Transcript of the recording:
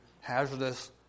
hazardous